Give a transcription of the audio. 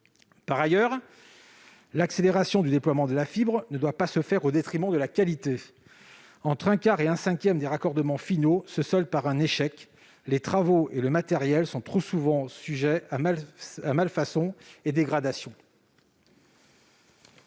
Par ailleurs, l'accélération du déploiement de la fibre ne doit pas se faire au détriment de la qualité : entre un quart et un cinquième des raccordements finaux se soldent par un échec, les travaux et le matériel étant trop souvent à l'origine de malfaçons ou l'objet de dégradations.